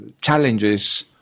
challenges